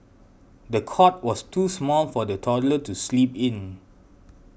the cot was too small for the toddler to sleep in